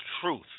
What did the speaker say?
truth